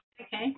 Okay